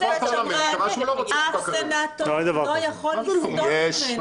-- אף שופט שמרן, אף סנטור, לא יכול לסטות ממנה.